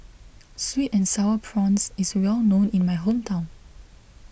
Sweet and Sour Prawns is well known in my hometown